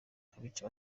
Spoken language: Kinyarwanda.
abica